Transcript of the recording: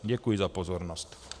Děkuji za pozornost.